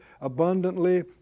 abundantly